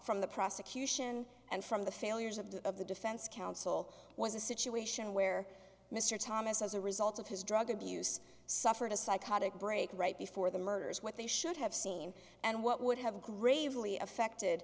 from the prosecution and from the failures of the of the defense counsel was a situation where mr thomas as a result of his drug abuse suffered a psychotic break right before the murders what they should have seen and what would have gravely affected